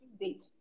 date